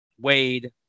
Wade